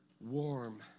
warm